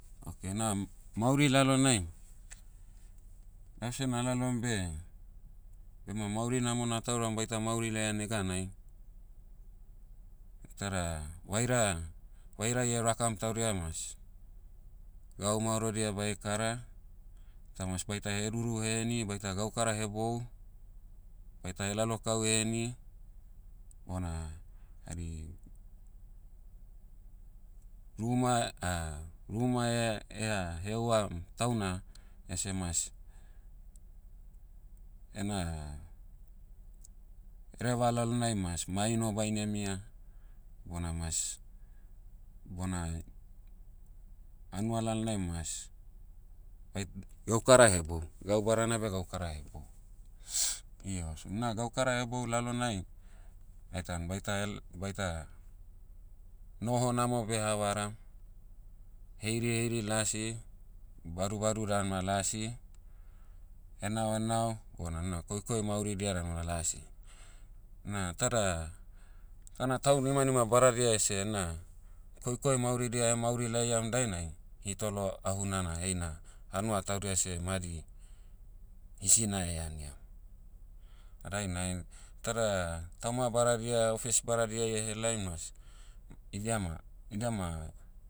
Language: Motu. Okay na mauri lalonai, lause nalalom beh, bema mauri namona tauram baita mauri laia neganai, iteda vaira- vairai erakam taudia mas, gau maorodia bae kara. Tamas baita heduru heni baita gaukara hebou, baita helalokau heni, bona, hari, ruma- ruma ea- ea heauam tauna ese mas, ena, hereva lalonai mas maino baine mia, bona mas, bona, hanua lalonai mas, bait- gaukara hebou, gau badana beh gaukara hebou. Io so na gaukara hebou lalonai, etan baita hel- baita, noho namo behavaram. Heiri heiri lasi, badubadu dan ma lasi, henao enao, bona no koikoi mauridia dan ma lasi. Na tada, tana taunimanima badadia ese ena, koikoi mauridia emauri laiam dainai, hitolo ahuna na heina, hanua taudia seh madi, hisina eaniam. Na dainai, tada, tauma badadia ofes badadiai ehelaim mas, idia ma- idia ma,